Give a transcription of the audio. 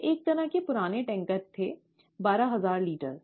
ये एक तरह के पुराने टैंकर थे बारह हजार लीटर